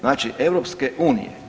Znači EU.